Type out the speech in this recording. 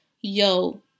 Yo